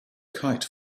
kite